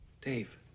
Dave